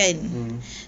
mm